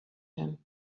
him